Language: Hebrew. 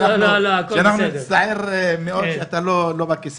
להם לגבות רק 100